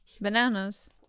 Bananas